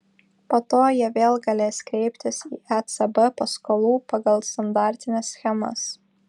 po to jie vėl galės kreiptis į ecb paskolų pagal standartines schemas